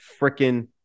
freaking